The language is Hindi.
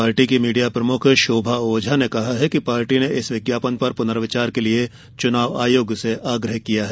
पार्टी की मीडिया प्रमुख शोभा ओझा ने कहा है कि पार्टी ने इस विज्ञापन पर प्रनर्विचार के लिए चूनाव आयोग से आग्रह किया है